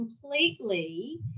completely